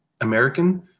American